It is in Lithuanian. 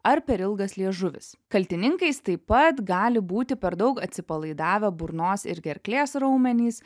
ar per ilgas liežuvis kaltininkais taip pat gali būti per daug atsipalaidavę burnos ir gerklės raumenys